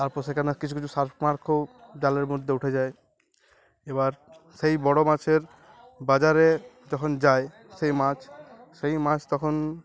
তারপর সেখানে কিছু কিছু সার্ক মাছও জালের মধ্যে উঠে যায় এবার সেই বড়ো মাছের বাজারে যখন যায় সেই মাছ সেই মাছ তখন